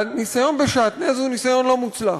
והניסיון בשעטנז הוא ניסיון לא מוצלח.